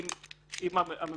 יאירה,